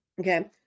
Okay